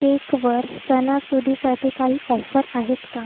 केकवर सणासुदीसाठी काही ऑफर आहेत का